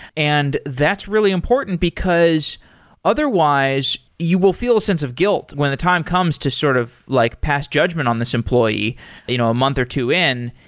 and that's really important, because otherwise you will feel a sense of guilt when the time comes to sort of like pass judgment on this employee you know a month or two in.